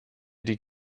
die